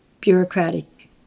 bureaucratic